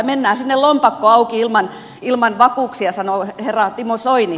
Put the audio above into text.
mennään sinne lompakko auki ilman vakuuksia sanoo herra timo soini